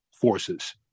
forces